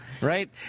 Right